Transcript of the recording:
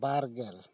ᱵᱟᱨ ᱜᱮᱞ